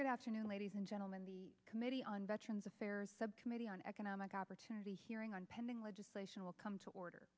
good afternoon ladies and gentlemen the committee on veterans affairs subcommittee on economic opportunity hearing on pending legislation will come to order